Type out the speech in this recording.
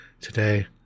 today